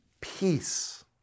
peace